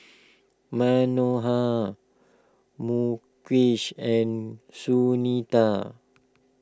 Manohar Mukesh and Sunita